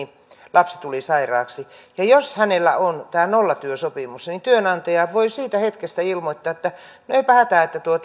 lapsi tuli sairaaksi niin jos hänellä on nollatyösopimus niin työnantaja voi siitä hetkestä ilmoittaa että no eipä hätää